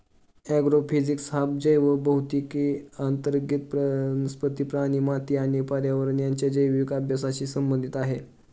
agrophysics हा जैवभौतिकी अंतर्गत वनस्पती, प्राणी, माती आणि पर्यावरण यांच्या जैविक अभ्यासाशी संबंधित आहे